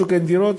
בשוק אין דירות,